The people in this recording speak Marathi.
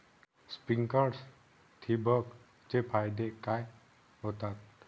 स्प्रिंकलर्स ठिबक चे फायदे काय होतात?